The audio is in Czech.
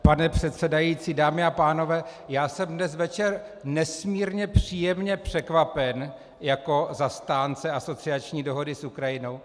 Pane předsedající, dámy a pánové, já jsem dnes večer nesmírně příjemně překvapen jako zastánce asociační dohody s Ukrajinou.